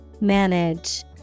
Manage